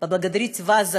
להודות לכם על